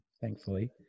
thankfully